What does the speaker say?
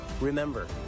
Remember